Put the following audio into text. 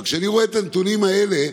אבל כשאני רואה את הנתונים האלה,